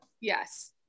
Yes